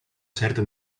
certa